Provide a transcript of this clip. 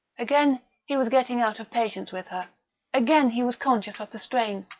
again he was getting out of patience with her again he was conscious of the strain.